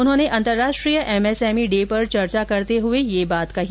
उन्होंने अन्तर्राष्ट्रीय MSME day पर चर्चा करते हुए ये बात कही